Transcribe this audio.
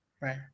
right